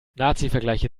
nazivergleiche